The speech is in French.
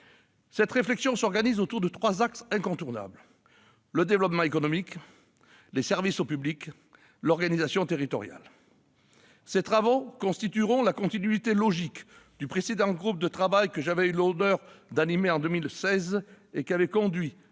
Sénat, qui s'articulent autour de trois axes incontournables : le développement économique, les services au public et l'organisation territoriale. Elles s'inscrivent dans la continuité logique du précédent groupe de travail que j'avais eu l'honneur d'animer en 2016 et qui avait conduit